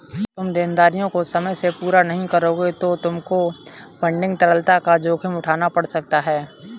तुम देनदारियों को समय से पूरा नहीं करोगे तो तुमको फंडिंग तरलता का जोखिम उठाना पड़ सकता है